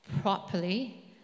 properly